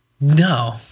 No